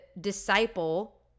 disciple